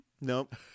Nope